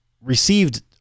received